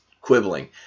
quibbling